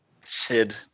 Sid